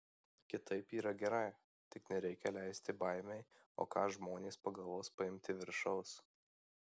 kitaip yra gerai tik nereikia leisti baimei o ką žmonės pagalvos paimti viršaus